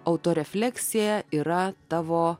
auto refleksija yra tavo